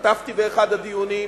והשתתפתי באחד הדיונים,